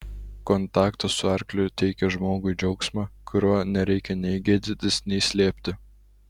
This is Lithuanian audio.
kontaktas su arkliu teikia žmogui džiaugsmą kurio nereikia nei gėdytis nei slėpti